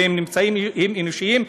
והם אנושיים,